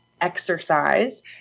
exercise